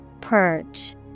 Perch